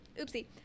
oopsie